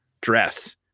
dress